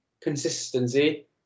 consistency